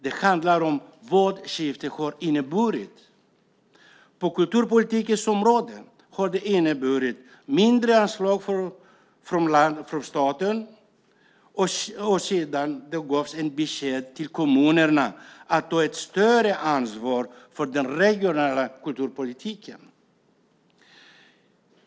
Den handlar om vad skiftet har inneburit. På kulturpolitikens område har det inneburit mindre anslag från staten. Sedan gavs det ett besked till kommunerna att de måste ta ett större ansvar för den regionala kulturpolitiken.